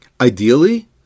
Ideally